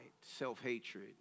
self-hatred